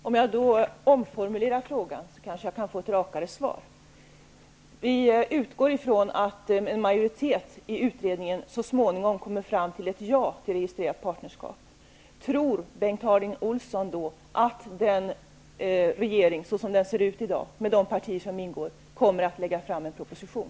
Fru talman! Om jag omformulerar frågan kanske jag kan få ett rakare svar. Vi utgår från att en majoritet i utredningen så småningom kommer fram till ett ja till registrerat partnerskap. Tror Bengt Harding Olson då att regeringen, som den ser ut i dag, med de partier som ingår, kommer att lägga fram en proposition?